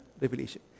revelation